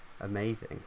amazing